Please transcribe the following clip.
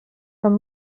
from